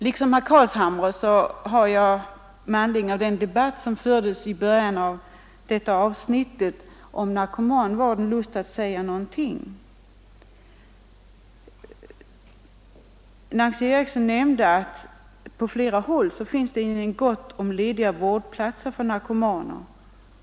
Liksom herr Carlshamre har jag med anledning av den debatt som fördes i början av detta avsnitt av diskussionen och som gällde narkomanvården lust att säga några ord. Nancy Eriksson nämnde att det på flera håll finns gott om lediga vårdplatser för narkomaner.